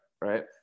right